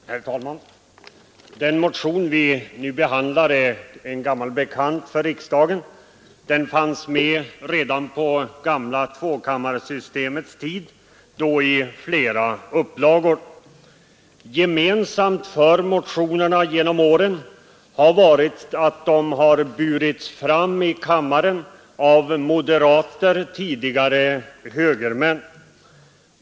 Herr talman! Den motion vi behandlar är en gammal bekant för riksdagen. Den fanns med redan på gamla tvåkammarsystemets tid och kom då i flera upplagor. Gemensamt för motionerna genom åren har varit att de har burits fram av moderater — tidigare högermän.